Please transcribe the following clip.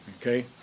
Okay